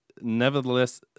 nevertheless